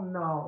no